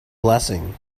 blessing